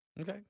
Okay